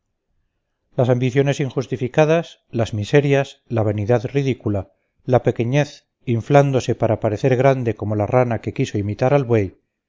las ambiciones injustificadas las miserias la vanidad ridícula la pequeñez inflándose para parecer grande como la rana que quiso imitar al buey